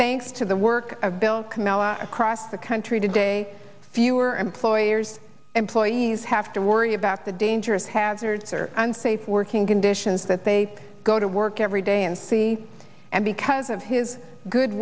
thanks to the work of bill kamila across the country today fewer employers employees have to worry about the dangerous hazards or unsafe working conditions that they go to work every day and see and because of his good